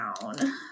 down